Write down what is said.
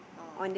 oh